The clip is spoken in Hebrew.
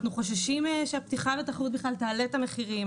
אנחנו חוששים שהפתיחה לתחרות תעלה את המחירים.